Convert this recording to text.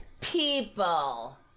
people